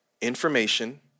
information